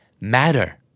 Matter